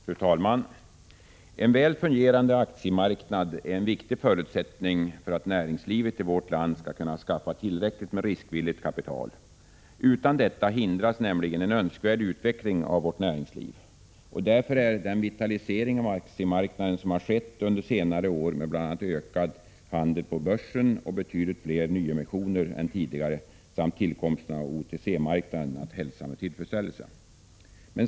Fru talman! En väl fungerande aktiemarknad är en viktig förutsättning för att näringslivet i vårt land skall kunna skaffa tillräckligt med riskvilligt kapital. Utan detta förhindras nämligen en önskvärd utveckling av näringslivet. Därför är den vitalisering av aktiemarknaden som har skett under senare år, med bl.a. ökad handel på börsen och betydligt fler nyemissioner än tidigare samt tillkomsten av OTC-marknaden, att hälsa med tillfredsställelse.